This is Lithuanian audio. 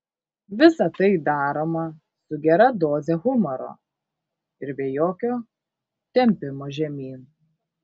visa tai daroma su gera doze humoro ir be jokio tempimo žemyn